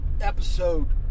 episode